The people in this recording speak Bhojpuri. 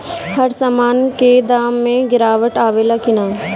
हर सामन के दाम मे गीरावट आवेला कि न?